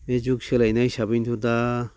बे जुग सोलायनाय हिसाबैनोथ' दा